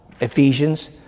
Ephesians